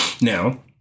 Now